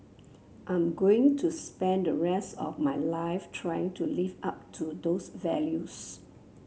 I'm going to spend the rest of my life trying to live up to those values